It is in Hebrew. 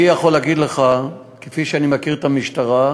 אני יכול להגיד לך, כפי שאני מכיר את המשטרה,